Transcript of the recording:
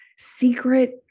secret